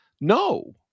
No